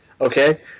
Okay